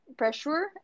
pressure